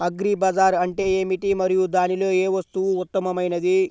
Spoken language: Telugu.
అగ్రి బజార్ అంటే ఏమిటి మరియు దానిలో ఏ వస్తువు ఉత్తమమైనది?